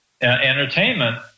entertainment